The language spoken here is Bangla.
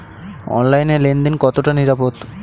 অনলাইনে লেন দেন কতটা নিরাপদ?